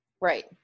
Right